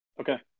okay